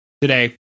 today